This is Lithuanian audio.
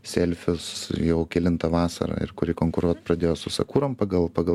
selfius jau kelintą vasarą ir kuri konkuruot pradėjo su sakurom pagal pagal